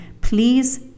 please